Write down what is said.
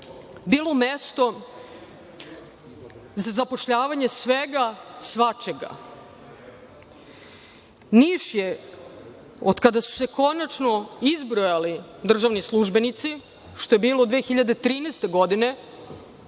bilo mesto za zapošljavanje svega i svačega. Niš je od kada su se konačno izbrojali državni službenici, što je bilo 2013. godine,